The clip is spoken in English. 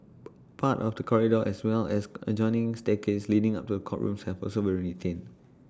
part of the corridor as well as adjoining staircase leading up to the courtrooms have also been retained